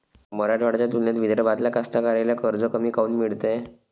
मराठवाड्याच्या तुलनेत विदर्भातल्या कास्तकाराइले कर्ज कमी काऊन मिळते?